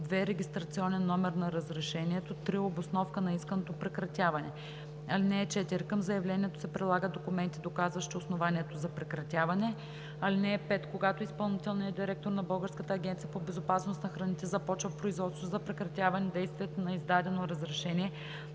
2. регистрационен номер на разрешението; 3. обосновка на исканото прекратяване. (4) Към заявлението се прилагат документи, доказващи основанието за прекратяване. (5) Когато изпълнителният директор на Българската агенция по безопасност на храните започва производство за прекратяване на действието на издадено разрешение,